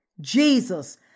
Jesus